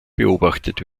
beobachtet